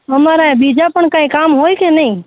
અમારા બીજા પણ કાઈ કામ હોઇ કે નઇ